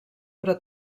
però